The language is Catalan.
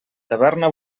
taverna